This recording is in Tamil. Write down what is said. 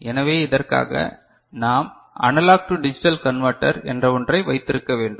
எனவே இதற்காக நாம் அனலாக் டு டிஜிட்டல் கன்வர்ட்டர் என்று ஒன்றை வைத்திருக்க வேண்டும்